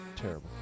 Terrible